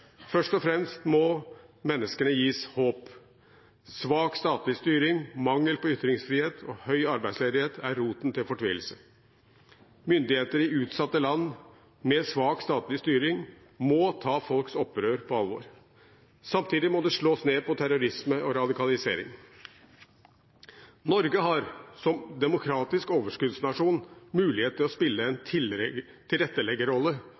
Først og fremst må menneskene gis håp. Svak statlig styring, mangel på ytringsfrihet og høy arbeidsledighet er roten til fortvilelse. Myndigheter i utsatte land med svak statlig styring må ta folks opprør på alvor. Samtidig må det slås ned på terrorisme og radikalisering. Norge har, som demokratisk overskuddsnasjon, mulighet til å spille en tilretteleggerrolle